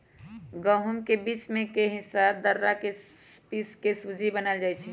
गहुम के बीच में के हिस्सा दर्रा से पिसके सुज्ज़ी बनाएल जाइ छइ